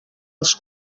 els